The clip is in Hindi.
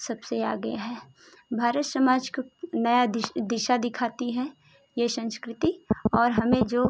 सबसे आगे है भारत समाज को नया दिशा दिखाती है ये संस्कृति और हमें जो